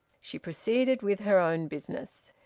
she proceeded with her own business.